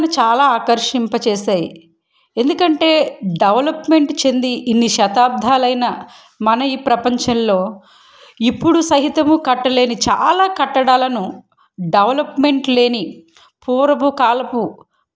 నన్ను చాలా ఆకర్షింపచేసాయి ఎందుకంటే డెవలెప్మెంట్ చెంది ఇన్ని శతాబ్దాలైన మన ఈ ప్రపంచంలో ఇప్పుడు సహితము కట్టలేని చాలా కట్టడాలను డెవలెప్మెంట్ లేని పూర్వపు కాలపు